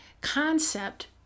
concept